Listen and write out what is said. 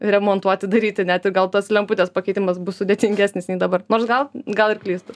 remontuoti daryti net ir gal tos lemputės pakeitimas bus sudėtingesnis nei dabar nors gal gal ir klystu